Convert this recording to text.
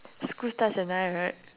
school starts at nine right